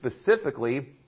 specifically